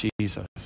jesus